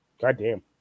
Goddamn